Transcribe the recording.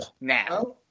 Now